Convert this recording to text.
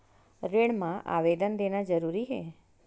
ऋण मा आवेदन देना जरूरी हे?